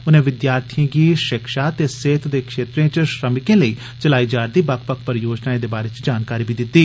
उनें विद्यार्थिएं गी शिक्षा ते सेहत दे खेत्तरें च श्रमिकें लेई चलाई जा'रदी बक्ख बक्ख योजनाएं बारे जानकारी दित्ती